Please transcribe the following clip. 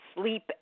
sleep